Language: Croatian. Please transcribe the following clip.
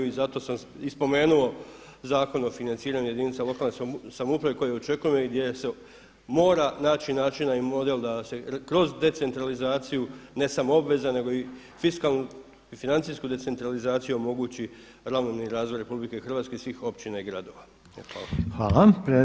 I zato sam i spomenuo Zakon o financiranju jedinica lokalne samouprave koje očekujemo i gdje se mora naći načina i model da se kroz decentralizaciju ne samo obveza nego i fiskalnu i financijsku decentralizaciju omogući ravnomjerni razvoj RH i svih općina i gradova.